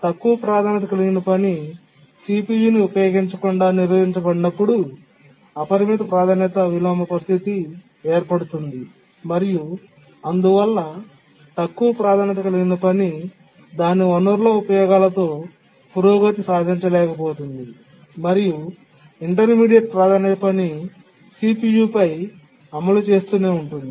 తక్కువ ప్రాధాన్యత కలిగిన పని CPU ని ఉపయోగించకుండా నిరోధించబడినప్పుడు అపరిమిత ప్రాధాన్యత విలోమ పరిస్థితి ఏర్పడుతుంది మరియు అందువల్ల తక్కువ ప్రాధాన్యత కలిగిన పని దాని వనరుల ఉపయోగాలతో పురోగతి సాధించలేకపోతుంది మరియు ఇంటర్మీడియట్ ప్రాధాన్యత పని CPU పై అమలు చేస్తూనే ఉంటుంది